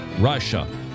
Russia